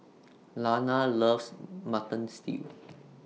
Lana loves Mutton Stew